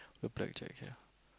your blackjack sia